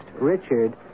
Richard